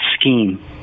scheme